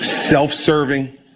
Self-serving